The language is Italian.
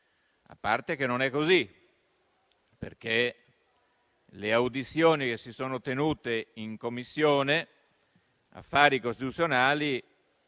osservazioni. Non è così, perché le audizioni che si sono tenute in Commissione affari costituzionali